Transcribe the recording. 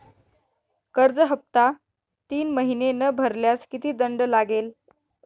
कर्ज हफ्ता तीन महिने न भरल्यास किती दंड लागेल?